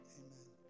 amen